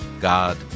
God